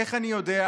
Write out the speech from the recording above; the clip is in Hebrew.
איך אני יודע?